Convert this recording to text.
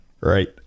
Right